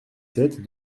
sept